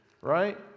right